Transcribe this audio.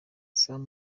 sam